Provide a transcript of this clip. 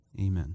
Amen